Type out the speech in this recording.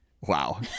Wow